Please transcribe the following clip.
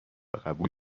قبول